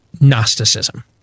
Gnosticism